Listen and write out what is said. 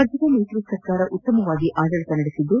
ರಾಜ್ಯದ ಮೈತ್ರಿ ಸರ್ಕಾರ ಉತ್ತಮವಾಗಿ ಆಡಳಿತ ನಡೆಸಿದ್ದು